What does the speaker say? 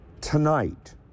Tonight